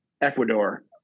Ecuador